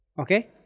okay